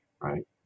right